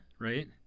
right